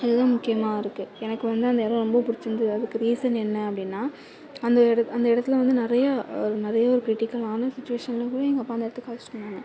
அதுதான் முக்கியமாக இருக்குது எனக்கு வந்து அந்த இடம் ரொம்ப பிடிச்சிருந்தது அதுக்கு ரீசன் என்ன அப்படின்னா அந்த எடம் அந்த இடத்துல வந்து நிறையா நிறையா ஒரு க்ரிட்டிக்கலான சுச்வேஷனில் கூட எங்கள் அப்பா அந்த இடத்துக்கு அழைச்சிட்டு போனாங்க